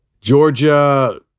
Georgia